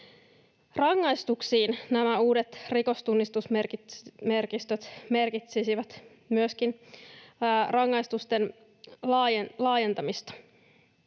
Rangaistuksiin nämä uudet rikostunnistusmerkistöt merkitsisivät myöskin rangaistusten laajentamista.